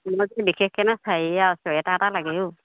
মই যে বিশেষকৈ হেৰি আৰু চুৱেটাৰ এটা লাগে অ'